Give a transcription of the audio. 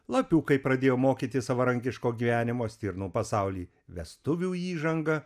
lapiukai pradėjo mokytis savarankiško gyvenimo stirnų pasauly vestuvių įžanga